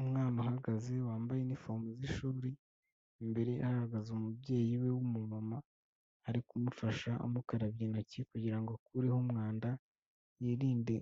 Umwana ahagaze wambaye inifomo z'ishuri imbere hagaragaza umubyeyi we w'umu mama ari kumufasha amukarabya intoki kugira akureho umwanda yirinde